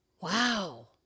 Wow